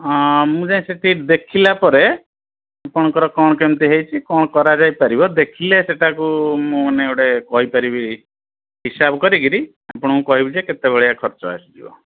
ହଁ ମୁଁ ଯାଇ ସେଇଠି ଦେଖିଲା ପରେ ଆପଣଙ୍କର କ'ଣ କେମିତି ହେଇଛି କ'ଣ କରାଯାଇପାରିବ ଦେଖିଲେ ସେଇଟାକୁ ମୁଁ ମାନେ ଗୋଟେ କହି ପାରିବି ହିସାବ କରିକିରି ଆପଣଙ୍କୁ କହିବି ଯେ କେତେ ଭଳିଆ ଖର୍ଚ୍ଚ ଆସିଯିବ